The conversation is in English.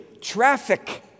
Traffic